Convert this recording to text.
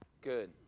Good